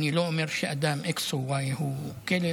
אני לא אומר שאדם x או y הוא כלב,